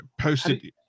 posted